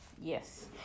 Yes